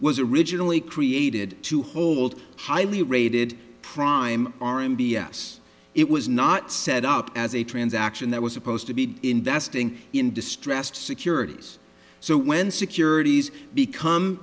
was originally created to hold highly rated prime r m b s it was not set up as a transaction that was supposed to be investing in distressed securities so when securities become